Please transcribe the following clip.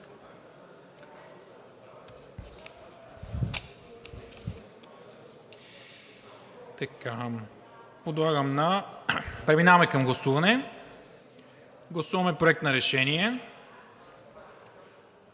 Преминаваме към гласуване. Гласуваме Проект на решение,